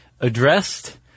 addressed